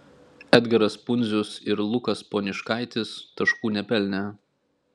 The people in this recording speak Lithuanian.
edgaras pundzius ir lukas poniškaitis taškų nepelnė